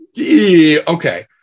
Okay